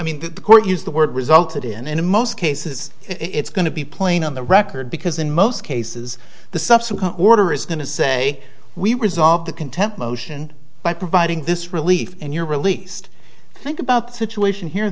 that the court used the word resulted in the most cases it's going to be playing on the record because in most cases the subsequent order is going to say we resolve the contempt motion by providing this relief and you're released think about the situation here